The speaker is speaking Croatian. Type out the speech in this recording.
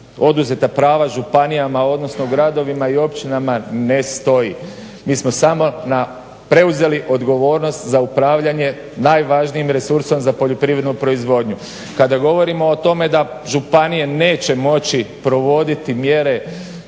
oduzeta prava županijama, odnosno gradovima i općinama ne stoji. Mi smo samo preuzeli odgovornost za upravljanje najvažnijim resursom za poljoprivrednu proizvodnju. Kada govorimo o tome da županije neće moći provoditi mjere